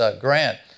Grant